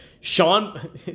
Sean